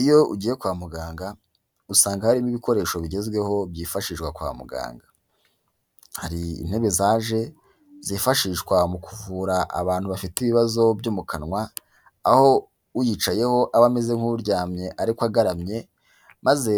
Iyo ugiye kwa muganga, usanga harimo ibikoresho bigezweho byifashishwa kwa muganga. Hari intebe zaje zifashishwa mu kuvura abantu bafite ibibazo byo mu kanwa, aho uyicayeho aba ameze nk'uryamye ariko agaramye, maze